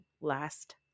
last